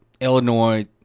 Illinois